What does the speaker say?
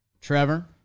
Trevor